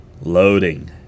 Loading